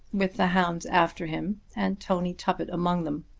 with the hounds after him, and tony tuppett among them.